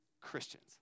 Christians